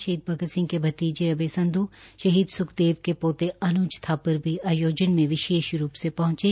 शहीद भगत सिंह के भतीजे अभय संध् शहीद स्खदेव के पोते अन्ज थापर भी आयोजन में विशेष रूप से पहूँचे